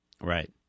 Right